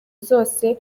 zose